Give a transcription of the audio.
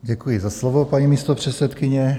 Děkuji za slovo, paní místopředsedkyně.